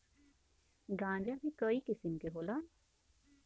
गांजा भीं कई किसिम के होला